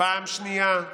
פעם שנייה,